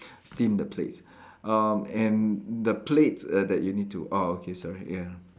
steam the plates um and the plates err that you need to ah okay sorry ya